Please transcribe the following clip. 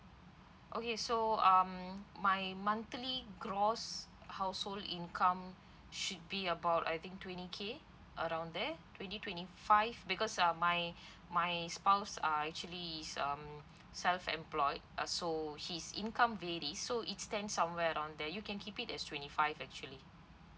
okay so um my monthly gross household income should be about I think twenty K around there twenty twenty five because um my my spouse are actually is um self employed uh so his income vary so it stand somewhere around there you can keep it as twenty five actually